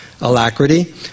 alacrity